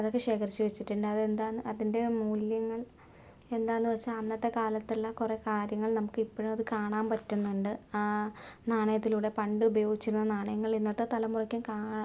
അതൊക്കെ ശേഖരിച്ച് വച്ചിട്ടുണ്ട് അതെന്താന്ന് അതിൻ്റെ മൂല്യങ്ങൾ എന്താന്ന് വച്ചാൽ അന്നത്തെക്കാലത്തെല്ലാം കുറെ കാര്യങ്ങൾ നമുക്ക് ഇപ്പോഴും അത് കാണാൻ പറ്റുന്നുണ്ട് ആ നാണയത്തിലൂടെ പണ്ടുപയോഗിച്ചിരുന്ന നാണയങ്ങൾ ഇന്നത്തെ തലമുറക്കും കാണാം